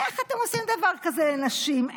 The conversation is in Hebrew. איך אתם עושים דבר כזה לנשים?